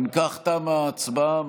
אם כך, תמה ההצבעה.